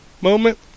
moment